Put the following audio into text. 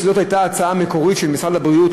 שזאת הייתה ההצעה המקורית של משרד הבריאות,